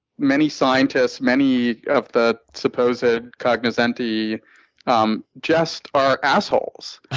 many scientists, many of the supposed ah cognoscenti um just are assholes.